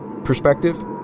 perspective